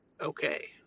okay